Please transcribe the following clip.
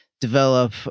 develop